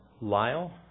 Lyle